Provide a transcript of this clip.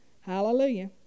Hallelujah